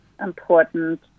important